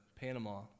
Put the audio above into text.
Panama